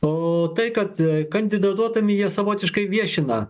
o tai kad kandidatuodami jie savotiškai viešina